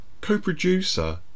Co-producer